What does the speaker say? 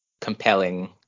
compelling